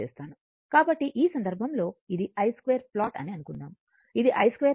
కాబట్టి ఈ సందర్భంలో ఇది i 2 ప్లాట్ అని అనుకుందాం ఇది i2 ప్లాట్